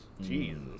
Jesus